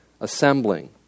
assembling